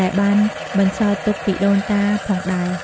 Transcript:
ដែលបានបន្សល់ទុកពីដូនតាផងដែរ។